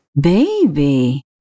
Baby